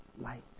light